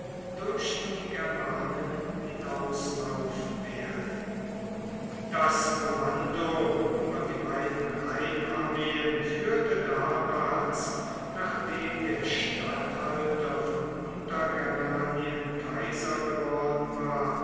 durch die germanen hinauslaufen werde das kommando über die beiden rheinarmeen führte damals nachdem der statthalter von untergermanien kaiser geworden war